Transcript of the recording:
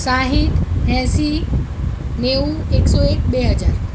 સાઠ એંસી નેવું એકસો એક બે હજાર